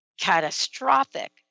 catastrophic